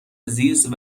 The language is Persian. زیست